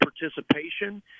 participation